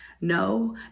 No